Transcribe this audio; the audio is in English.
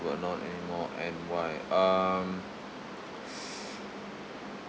but not anymore and why um